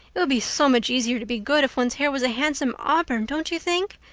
it would be so much easier to be good if one's hair was a handsome auburn, don't you think?